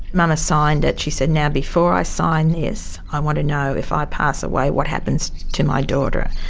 mama signed it, she said, now, before i sign this, i want to know if i pass away, what happens to my daughter?